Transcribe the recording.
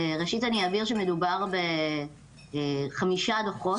ראשית, אני אבהיר שמדובר בחמישה דוחות,